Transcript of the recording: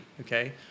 Okay